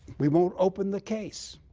we won't open the case.